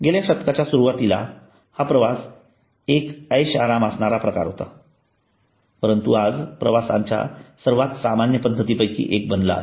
गेल्या शतकाच्या सुरुवातीला हा प्रवासाचा एक ऐषाराम असणारा प्रकार होता परंतु आज प्रवासाच्या सर्वात सामान्य पद्धतींपैकी एक बनला आहे